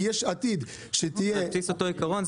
כי יש עתיד --- זה על בסיס אותו עיקרון,